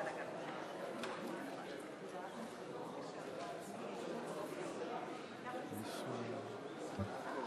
נגדה הצביעו 56. אני חוזר ומזכיר שחבר הכנסת אילטוב